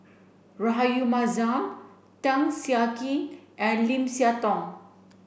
Rahayu Mahzam Tan Siah Kwee and Lim Siah Tong